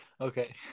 Okay